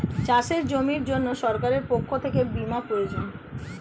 চাষের জমির জন্য সরকারের পক্ষ থেকে বীমা পাওয়া যায়